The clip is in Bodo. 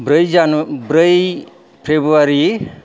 ब्रै जान ब्रै फ्रेब्रुवारि